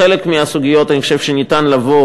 בחלק מהסוגיות אני חושב שניתן לבוא